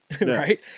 right